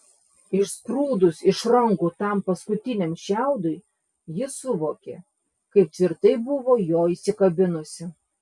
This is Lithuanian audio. išsprūdus iš rankų tam paskutiniam šiaudui ji suvokė kaip tvirtai buvo jo įsikabinusi